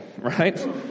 right